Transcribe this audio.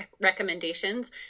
recommendations